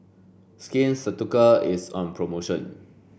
Skin Ceuticals is on promotion